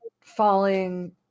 falling